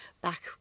back